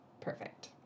Perfect